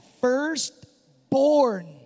firstborn